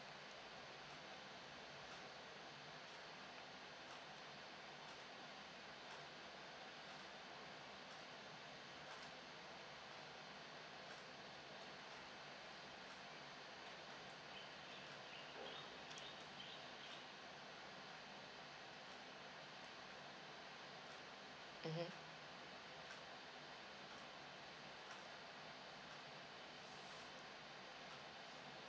mmhmm